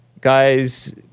guys